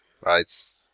Right